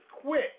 quit